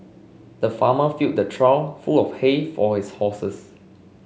the farmer filled the trough full of hay for his horses